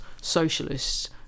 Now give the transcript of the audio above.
socialists